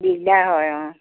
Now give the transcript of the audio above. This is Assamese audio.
দিগদাৰ হয় অঁ